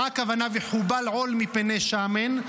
מה הכוונה ו"חבל על מפני שמן"?